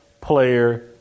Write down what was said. player